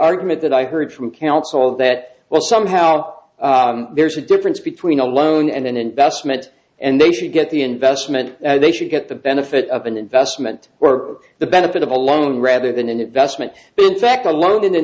argument that i heard from counsel that well somehow there's a difference between a loan and an investment and they should get the investment they should get the benefit of an investment were the benefit of a loan rather than an investment but in fact alone in an